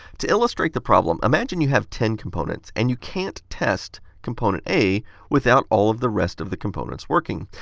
to illustrate the problem, imagine you have ten components. and you can't test component a without all of the rest of the components working.